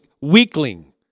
weakling